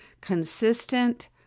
consistent